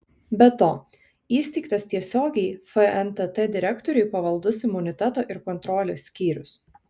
be to įsteigtas tiesiogiai fntt direktoriui pavaldus imuniteto ir kontrolės skyrius